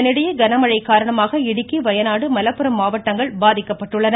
இதனிடையே கன மழைக்காரணமாக இடுக்கி வயநாடு மலப்புரம் மாவட்டங்கள் பாதிக்கப்பட்டுள்ளன